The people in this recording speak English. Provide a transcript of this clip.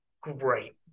great